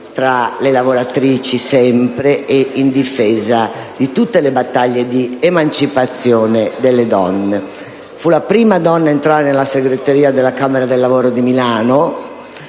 tra le lavoratrici e in difesa di tutte le battaglie di emancipazione delle donne. Fu la prima donna ad entrare nella segreteria della Camera del lavoro di Milano,